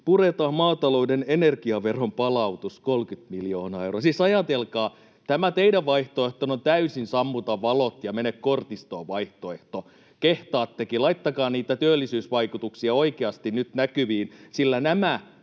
puretaan maatalouden energiaveron palautus, 30 miljoonaa euroa. Siis ajatelkaa, tämä teidän vaihtoehtonne on täysin ”sammuta valot ja mene kortistoon” ‑vaihtoehto. Kehtaattekin. Laittakaa niitä työllisyysvaikutuksia oikeasti nyt näkyviin, sillä nämä